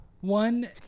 one